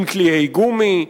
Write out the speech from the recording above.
עם קליעי גומי,